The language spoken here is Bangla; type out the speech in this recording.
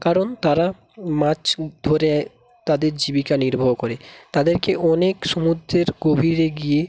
কারণ তারা মাছ ধরে তাদের জীবিকা নির্বাহ করে তাদেরকে অনেক সমুদ্রের গভীরে গিয়ে